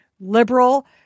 liberal